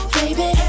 baby